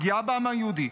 פגיעה בעם היהודי,